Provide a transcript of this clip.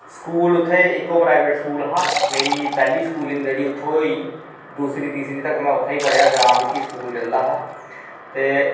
school उत्थें इक्को private school हा मेरा पैह्ली स्कूलिंग जेह्ड़ी उत्थूं गै होई दूसरी तीसरी तक में उत्थें ई पढ़ेआ ग्रांऽ बिच्च ई स्कूल चलदा हा ते